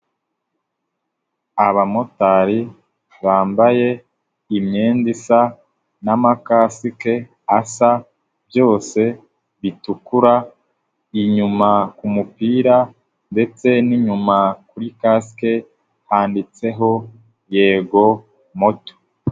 Abamotari bambaye imyenda isa n'amakasike asa byose bitukura, inyuma ku mupira ndetse n'inyuma kuri kasike handitseho yego moto.